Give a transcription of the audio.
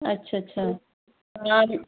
ਅੱਛਾ ਅੱਛਾ ਹਾਂ